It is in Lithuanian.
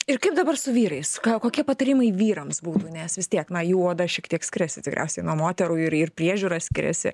ir kaip dabar su vyrais ką kokie patarimai vyrams būtų nes vis tiek na jų oda šiek tiek skiriasi tikriausiai nuo moterų ir ir priežiūra skiriasi